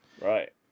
Right